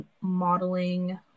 modeling